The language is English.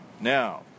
Now